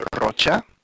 Rocha